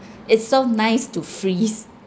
it's so nice to freeze